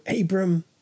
Abram